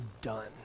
done